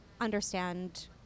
understand